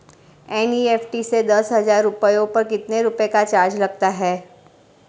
NEFT से दस हजार रुपयों पर कितने रुपए का चार्ज लगता है?